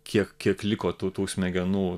kiek kiek liko tų tų smegenų